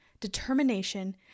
determination